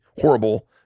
horrible